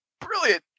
brilliant